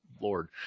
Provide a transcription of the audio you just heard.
lord